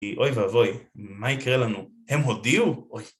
היא אוי ואבוי, מה יקרה לנו? הם הודיעו?